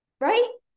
Right